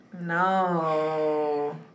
No